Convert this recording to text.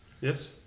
yes